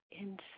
inside